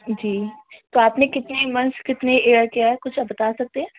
جی تو آپ نے کتنے منتھس کتنے ایئر کیا ہے کچھ کیا آپ بتا سکتی ہیں